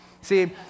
see